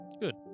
Good